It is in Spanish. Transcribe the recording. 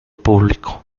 público